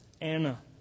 Anna